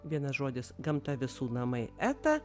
vienas žodis gamta visų namai eta